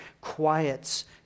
quiets